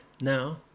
now